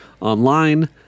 online